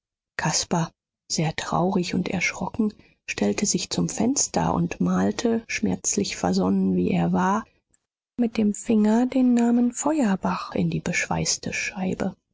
caspar sehr traurig und erschrocken stellte sich zum fenster und malte schmerzlich versonnen wie er war mit dem finger den namen feuerbach in die beschweißte scheibe